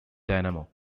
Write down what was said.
dynamo